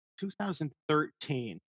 2013